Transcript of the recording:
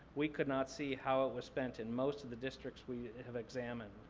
we could not see how it was spent in most of the districts we have examined.